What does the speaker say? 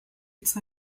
its